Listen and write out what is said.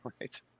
right